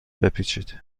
بپیچید